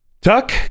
Tuck